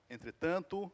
Entretanto